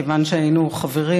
כיוון שהיינו חברים.